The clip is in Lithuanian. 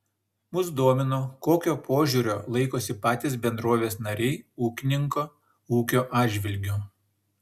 mus domino kokio požiūrio laikosi patys bendrovės nariai ūkininko ūkio atžvilgiu